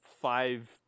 five